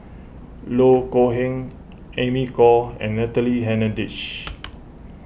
Loh Kok Heng Amy Khor and Natalie Hennedige